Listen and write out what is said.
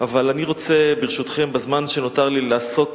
אבל אני רוצה, ברשותכם, בזמן שנותר לי, לעסוק,